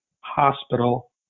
hospital